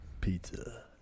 Pizza